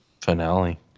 finale